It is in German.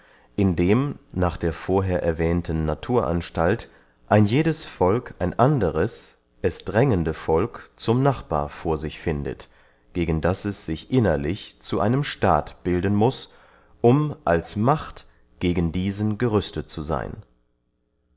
thun indem nach der vorher erwähnten naturanstalt ein jedes volk ein anderes es drängende volk zum nachbar vor sich findet gegen das es sich innerlich zu einem staat bilden muß um als macht gegen diesen gerüstet zu seyn